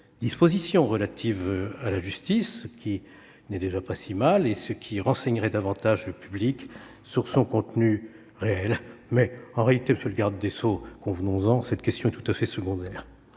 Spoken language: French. dispositions relatives à la justice ». Ce ne serait déjà pas si mal et cela renseignerait davantage le public sur son contenu réel. En réalité, monsieur le garde des sceaux, convenons-en, cette question est tout à fait secondaire